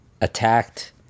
attacked